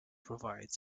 provides